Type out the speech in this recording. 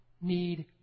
need